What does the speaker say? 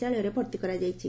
ଳୟରେ ଭର୍ତି କରାଯାଇଛି